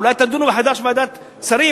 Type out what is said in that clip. אולי תדונו מחדש בוועדת שרים,